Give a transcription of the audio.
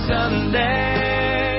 Sunday